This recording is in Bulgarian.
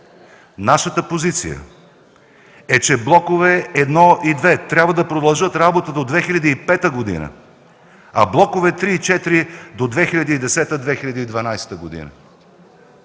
„Нашата позиция е, че блокове І и ІІ трябва да продължат работа до 2005 г., а блокове ІІІ и ІV до 2010-2012 г.”.